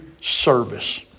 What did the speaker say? service